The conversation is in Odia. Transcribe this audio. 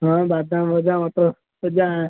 ହଁ ବାଦାମ